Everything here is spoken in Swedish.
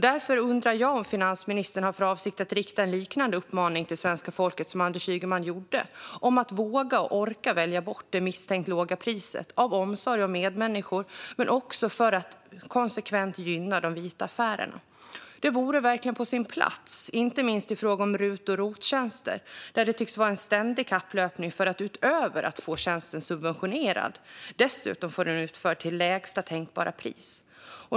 Därför undrar jag om finansministern har för avsikt att rikta en liknande uppmaning till svenska folket som Anders Ygeman gjorde om att våga och orka välja bort det misstänkt låga priset av omsorg om medmänniskor men också för att konsekvent gynna de vita affärerna. Detta vore verkligen på sin plats, inte minst i fråga om rut och rottjänster, där det tycks vara en ständig kapplöpning för att utöver att få tjänsten subventionerad dessutom få den utförd till lägsta tänkbara pris.